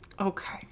Okay